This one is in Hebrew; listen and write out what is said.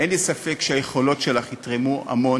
אין לי ספק שהיכולות שלך יתרמו המון.